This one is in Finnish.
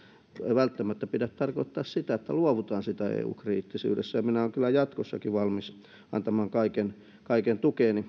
välttämättä pidä tarkoittaa sitä että luovutaan siitä eu kriittisyydestä ja minä olen kyllä jatkossakin valmis antamaan kaiken kaiken tukeni